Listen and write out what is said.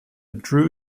drew